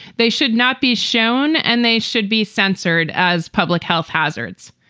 they should not be shown and they should be censored as public health hazards.